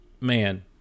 man